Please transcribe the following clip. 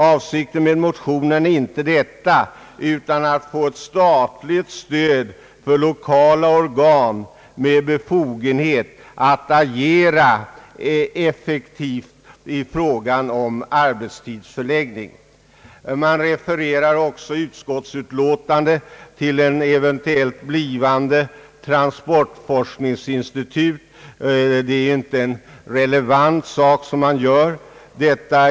Avsikten med motionen är inte detta, utan att få statligt stöd för lokala organ med befogenhet att agera effektivt i fråga om arbetstidsförläggningen. I utskottsutlåtandet refereras även till ett eventuellt blivande transportforskningsinstitut. Den saken är dock icke relevant här.